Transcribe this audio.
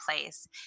place